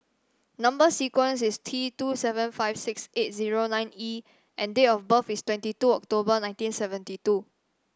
number sequence is T two seven five six eight zero nine E and date of birth is twenty two October nineteen seventy two